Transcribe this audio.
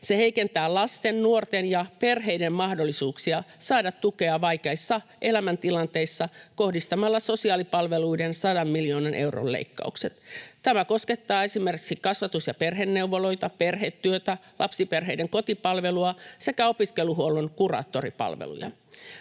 Se heikentää lasten, nuorten ja perheiden mahdollisuuksia saada tukea vaikeissa elämäntilanteissa kohdistamalla sosiaalipalveluihin 100 miljoonan euron leikkaukset. Tämä koskettaa esimerkiksi kasvatus- ja perheneuvoloita, perhetyötä, lapsiperheiden kotipalvelua sekä opiskeluhuollon kuraattoripalveluja.